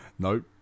Nope